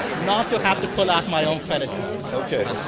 not to have to pull out my own credit card ok,